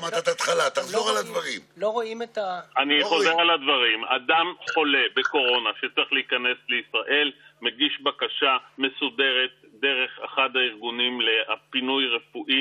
פי נתוני הלשכה המרכזית לסטטיסטיקה,